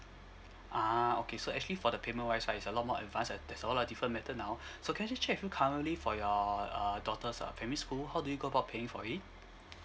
ah okay so actually for the payment wise right it's a lot more advanced and there's a lot of different method now so can I just check with you currently for your uh daughter's uh primary school how do you go about paying for it